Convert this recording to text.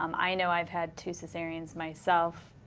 um i know i've had two caesarians myself.